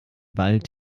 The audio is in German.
wald